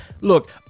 Look